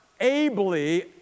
ably